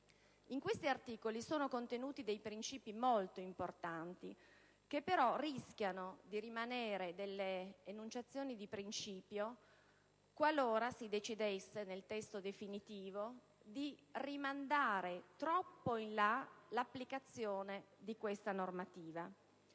In questi articoli sono contenuti dei principi molto importanti, che però rischiano di rimanere delle enunciazioni di principio, qualora si decidesse, nel testo definitivo, di rimandare troppo in là l'applicazione di questa normativa.